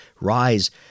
Rise